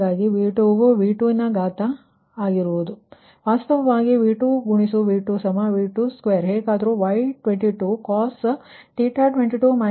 ಆದ್ದರಿಂದ V2 ವು V2 ನ ಸ್ಕ್ವೇರ್ ಆಗಿರುತ್ತದೆ ವಾಸ್ತವವಾಗಿ V2 V2 V2 2 ಹೇಗಾದರೂ Y22 cos 22 22